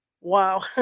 wow